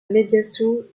médiation